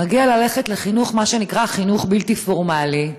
מגיע ללכת למה שנקרא חינוך בלתי פורמלי.